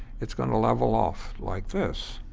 it's going to level off like this.